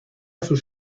sus